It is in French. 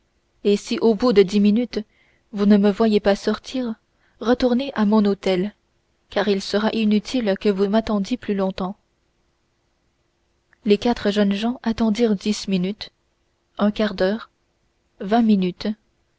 et si au bout de dix minutes vous ne me voyez pas sortir retournez à mon hôtel car il sera inutile que vous m'attendiez plus longtemps les quatre jeunes gens attendirent dix minutes un quart d'heure vingt minutes